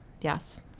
yes